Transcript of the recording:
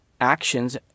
actions